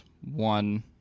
one